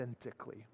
authentically